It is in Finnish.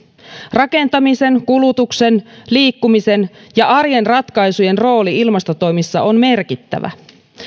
rakentamisen kulutuksen liikkumisen ja arjen ratkaisujen rooli ilmastotoimissa on merkittävä